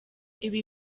ibi